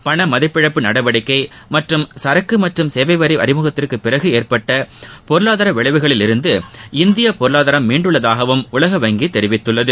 பணமதிப்பிழப்பு நடவடிக்கை மற்றும் சரக்கு மற்றும் சேவை வரி அறிமுகத்திற்கு பிறகு ஏற்பட்ட பொருளாதார விளைவுகளிலிருந்து இந்தியப் பொருளாதாரம் மீண்டுள்ளதாகவும் உலக வங்கி தெரிவித்துள்ளது